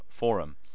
forum